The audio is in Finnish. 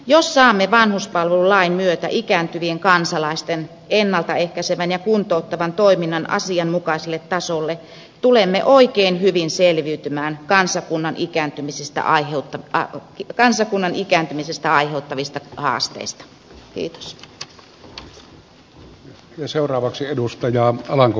jos saamme vanhuspalvelulain myötä ikääntyvien kansalaisten ennalta ehkäisevän ja kuntouttavan toiminnan asianmukaiselle tasolle tulemme oikein hyvin selviytymään kansakunnan ikääntymisestä aiheutuvista haasteista